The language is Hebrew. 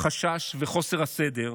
החשש וחוסר הסדר,